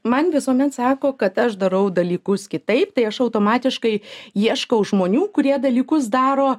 man visuomet sako kad aš darau dalykus kitaip tai aš automatiškai ieškau žmonių kurie dalykus daro